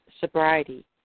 sobriety